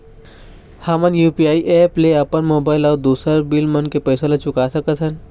हमन UPI app ले अपन मोबाइल अऊ दूसर बिल मन के पैसा ला चुका सकथन